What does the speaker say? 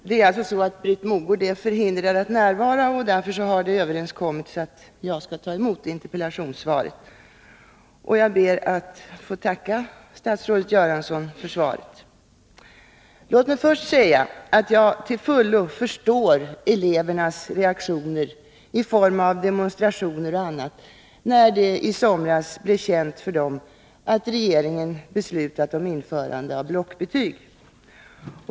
Herr talman! Eftersom Britt Mogård är förhindrad att närvara har det överenskommits att jag skall ta emot interpellationssvaret, och jag ber att få tacka statsrådet Göransson för svaret. Låt mig först säga att jag till fullo förstår elevernas reaktioner i form av demonstrationer och annat, när det i somras blev känt för dem att regeringen beslutat om införande av blockbetyg.